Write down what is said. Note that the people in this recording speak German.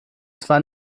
zwar